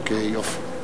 אוקיי, יופי.